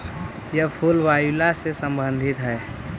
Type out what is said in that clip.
यह फूल वायूला से संबंधित हई